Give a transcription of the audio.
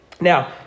Now